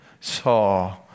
saw